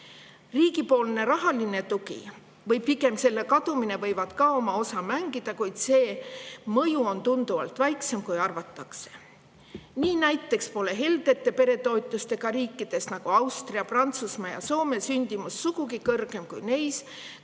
riigi rahaline tugi või pigem selle kadumine võib oma osa mängida, kuid see mõju on tunduvalt väiksem, kui arvatakse. Nii näiteks pole helde peretoetusega riikides, nagu Austria, Prantsusmaa ja Soome, sündimus sugugi kõrgem kui neis,